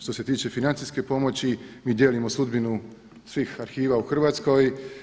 Što se tiče financijske pomoći, mi dijelimo sudbinu svih arhiva u Hrvatskoj.